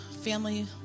family